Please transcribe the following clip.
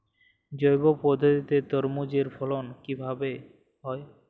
জৈব পদ্ধতিতে তরমুজের ফলন কিভাবে হয়?